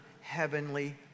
heavenly